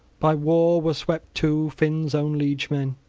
by war were swept, too, finn's own liegemen,